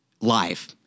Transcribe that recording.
live